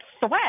threat